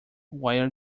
wire